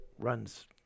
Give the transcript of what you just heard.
runs